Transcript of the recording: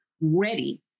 ready